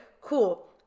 Cool